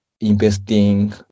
investing